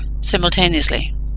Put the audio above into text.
simultaneously